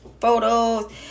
photos